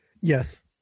Yes